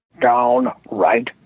downright